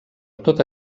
tota